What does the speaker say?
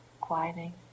quieting